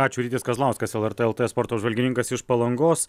ačiū rytis kazlauskas lrt lt sporto apžvalgininkas iš palangos